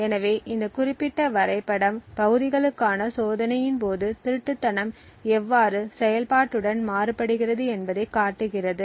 எனவே இந்த குறிப்பிட்ட வரைபடம் பகுதிகளுக்கான சோதனையின் போது திருட்டுத்தனம் எவ்வாறு செயல்பாட்டுடன் மாறுபடுகிறது என்பதைக் காட்டுகிறது